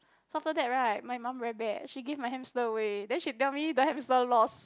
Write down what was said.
so after that right my mum very bad she give my hamster away then she tell me the hamster lost